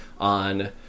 on